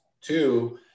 Two